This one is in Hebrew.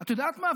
את יודעת מה,